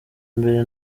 mbere